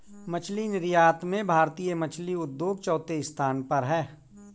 मछली निर्यात में भारतीय मछली उद्योग चौथे स्थान पर है